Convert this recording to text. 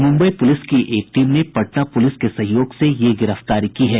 Mumbai police की एक team ने पटना पुलिस के सहयोग से ये गिरफ्तारी की है